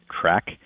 track